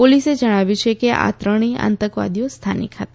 પોલીસે જણાવ્યું છે કે આ ત્રણેય આતંકવાદીઓ સ્થાનિક હતા